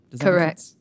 Correct